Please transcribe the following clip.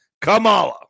Kamala